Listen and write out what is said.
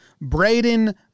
Braden